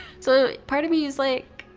so, part of me is like,